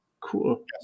cool